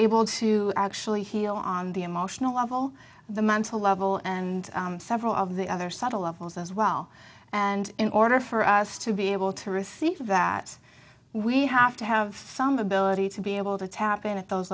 able to actually heal on the emotional level the mental level and several of the other subtle levels as well and in order for us to be able to receive that we have to have some ability to be able to tap in at those